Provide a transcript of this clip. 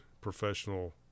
professional